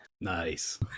nice